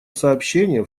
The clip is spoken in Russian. сообщение